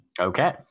Okay